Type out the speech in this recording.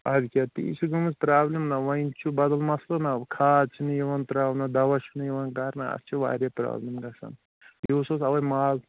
اَدٕ کیٛاہ تہِ یہِ چھِ گٔمٕژ پرٛابلِم نہ وۄنۍ چھُ بَدل مَسلہٕ نَو کھاد چھُنہٕ یِوان ترٛاونہٕ دَوا چھُنہٕ یِوان کَرنہٕ اَتھ چھِ واریاہ پرٛابلِم گَژھان یِہُس اوس اَوَے مال